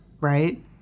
right